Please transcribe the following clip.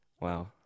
Wow